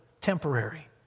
temporary